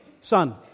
son